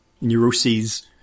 neuroses